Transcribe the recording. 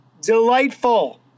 delightful